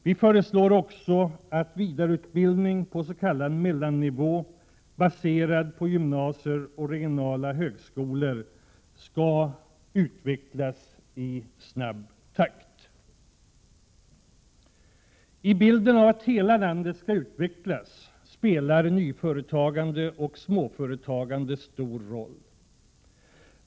Vi föreslår också att vidareutbildning på s.k. mellannivå baserad på gymnasier och regionala högskolor skall utvecklas i snabb takt. I bilden av att hela landet skall utvecklas spelar nyföretagande och småföretagande stor roll.